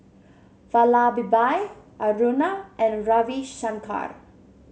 Vallabhbhai Aruna and Ravi Shankar